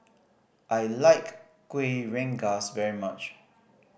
I like Kuih Rengas very much